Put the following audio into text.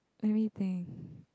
everything